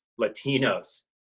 Latinos